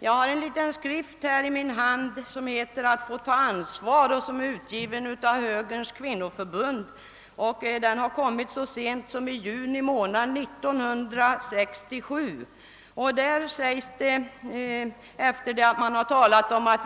Jag har en liten skrift i min hand som heter Att få ta ansvar, utgiven av Högerns kvinnoförbund så sent som i juni 1967. Efter det att behovet av